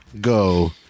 go